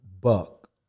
Buck